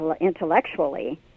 intellectually